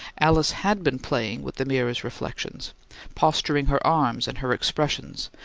alice had been playing with the mirror's reflections posturing her arms and her expressions,